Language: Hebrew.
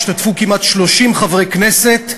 השתתפו כמעט 30 חברי כנסת,